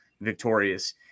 victorious